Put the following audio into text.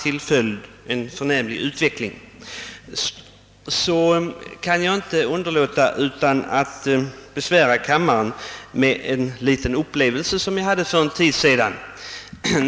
I det sammanhanget kan jag inte underlåta att besvära kammaren med en liten upplevelse jag hade för en tid sedan.